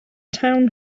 town